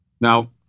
Now